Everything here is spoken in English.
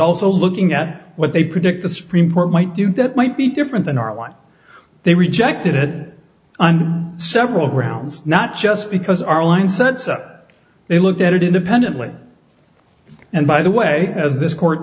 also looking at what they predict the supreme court might do that might be different than our one they rejected it on several grounds not just because our line sets it looked at it independently and by the way as this court